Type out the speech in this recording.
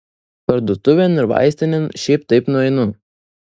parduotuvėn ir vaistinėn šiaip taip nueinu